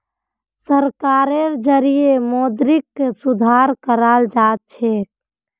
सरकारेर जरिएं मौद्रिक सुधार कराल जाछेक